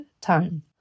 time